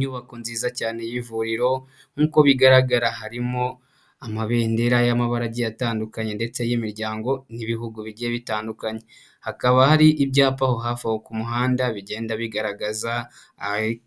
Inyubako nziza cyane y'ivuriro nk'uko bigaragara harimo amabendera y'amabara agiye atandukanye ndetse y'imiryango n'ibihugu bigiye bitandukanye, hakaba hari ibyapa aho hafi aho ku muhanda bigenda bigaragaza